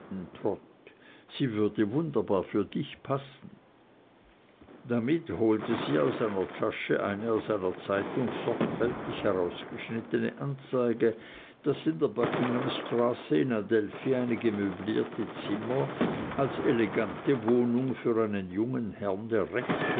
sie würde wunderbar für dich passen damit holte sie aus ihrer tasche eine aus einer zeitung sorgfältig herausgeschnittene anzeige daß in der buckingham straße in adelphi einige möblierte zimmer als elegante wohnung für einen jungen herrn der